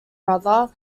brother